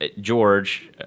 george